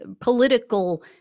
political